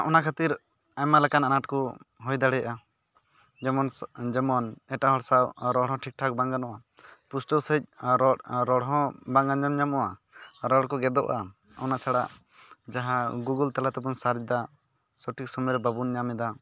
ᱚᱱᱟ ᱠᱷᱟᱹᱛᱤᱨ ᱟᱭᱢᱟ ᱞᱮᱠᱟᱱ ᱟᱱᱟᱴ ᱠᱚ ᱦᱩᱭ ᱫᱟᱲᱮᱭᱟᱜᱼᱟ ᱡᱮᱢᱚᱱ ᱥᱟ ᱡᱮᱢᱚᱱ ᱮᱴᱟᱜ ᱦᱚᱲ ᱥᱟᱶ ᱨᱚᱲ ᱦᱚᱸ ᱴᱷᱤᱠ ᱴᱷᱟᱠ ᱵᱟᱝ ᱜᱟᱱᱚᱜᱼᱟ ᱯᱩᱥᱴᱟᱹᱣ ᱥᱟᱸᱦᱤᱡ ᱨᱚᱲ ᱨᱚᱲ ᱦᱚᱸ ᱵᱟᱝ ᱟᱸᱡᱚᱢ ᱧᱟᱢᱚᱜᱼᱟ ᱨᱚᱲ ᱠᱚ ᱜᱮᱫᱚᱜᱼᱟ ᱚᱱᱟ ᱪᱷᱟᱲᱟ ᱡᱟᱦᱟᱸ ᱜᱩᱜᱳᱞ ᱛᱟᱞᱟᱛᱮ ᱵᱚᱱ ᱥᱟᱨᱪ ᱮᱫᱟ ᱥᱚᱴᱷᱤᱠ ᱥᱩᱢᱟᱹᱭᱨᱮ ᱵᱟᱵᱚᱱ ᱧᱟᱢᱮᱫᱟ